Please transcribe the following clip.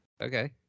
Okay